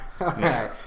Okay